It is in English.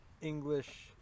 English